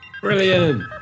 brilliant